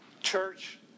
church